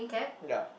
ya